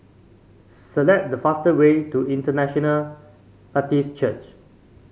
select the fastest way to International Baptist Church